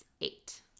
eight